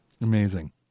Amazing